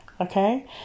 okay